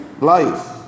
life